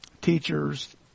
teachers